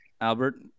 Albert